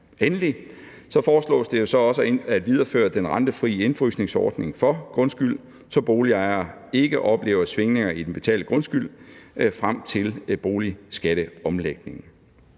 Endelig foreslås det også at videreføre den rentefri indefrysningsordning for grundskyld, så boligejere ikke oplever svingninger i den betalte grundskyld frem til boligskatteomlægningen.